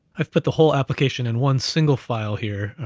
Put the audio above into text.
i've put the whole application in one single file here.